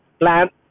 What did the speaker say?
plant